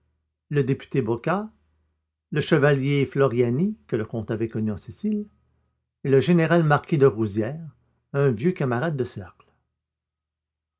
le député bochas le chevalier floriani que le comte avait connu en sicile et le général marquis de rouzières un vieux camarade de cercle